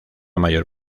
mayor